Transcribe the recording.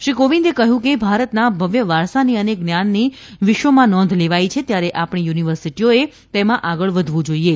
શ્રી કોવિંદે કહ્યું કે ભારતના ભવ્ય વારસાની અને જ્ઞાનની વિશ્વમાં નોંધ લેવાઇ છે ત્યારે આપણી યુનિવર્સિટીઓએ તેમાં આગળ વધવું જોઇએ